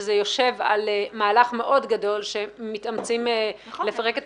כשזה יושב על מהלך מאוד גדול שמתאמצים לפרק את